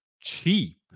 cheap